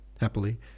Happily